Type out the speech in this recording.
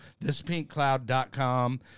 thispinkcloud.com